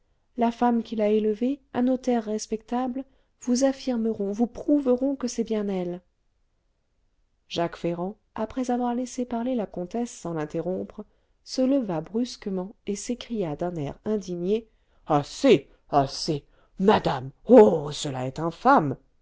la femme qui l'a élevée un notaire respectable vous affirmeront vous prouveront que c'est bien elle jacques ferrand après avoir laissé parler la comtesse sans l'interrompre se leva brusquement et s'écria d'un air indigné assez assez madame oh cela est